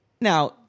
Now